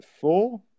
four